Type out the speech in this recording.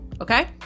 okay